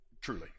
truly